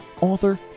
author